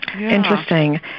Interesting